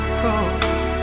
cause